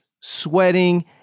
sweating